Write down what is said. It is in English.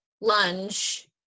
lunge